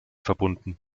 verbunden